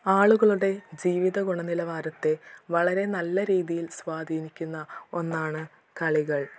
ആളുകളുടെ ജീവിത ഗുണനിലവാരത്തെ വളരെ നല്ല രീതിയിൽ സ്വാധീനിക്കുന്ന ഒന്നാണ് കളികൾ